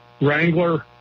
Wrangler